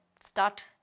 start